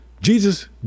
Jesus